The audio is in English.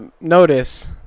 notice